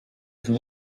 этом